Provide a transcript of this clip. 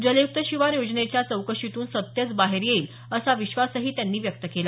जलयुक्त शिवार योजनेच्या चौकशीतून सत्यच बाहेर येईल असा विश्वासही त्यांनी व्यक्त केला